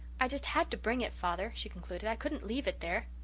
i just had to bring it, father, she concluded. i couldn't leave it there.